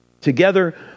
Together